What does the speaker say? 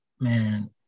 man